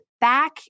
back